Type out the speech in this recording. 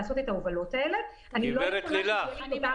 שלא ישתמע מזה שאני אחראית על הנהגים של אותה